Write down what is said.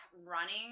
running